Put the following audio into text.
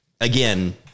again